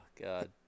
God